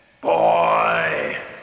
Boy